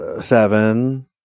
seven